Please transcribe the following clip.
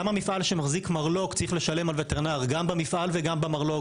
למה מפעל שמחזיק מרלו"ג צריך לשלם על וטרינר גם במפעל וגם במרלו"ג?